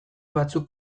batzuk